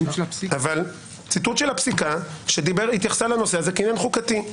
אבל זה ציטוט של הפסיקה שהתייחס לעניין הזה כעין חוקתי.